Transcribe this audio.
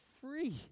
free